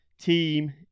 team